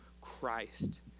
Christ